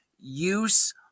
use